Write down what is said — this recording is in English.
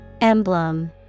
Emblem